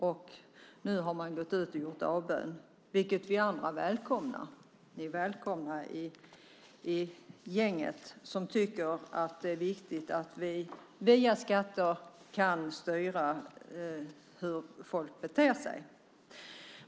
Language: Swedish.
Nu har man gått ut och gjort avbön, vilket vi andra välkomnar. Ni är välkomna i gänget som tycker att det är viktigt att vi via skatter kan styra hur folk beter sig.